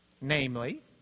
namely